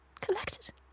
Collected